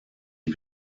ich